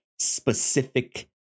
specific